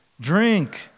drink